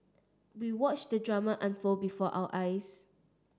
we watched the drama unfold before our eyes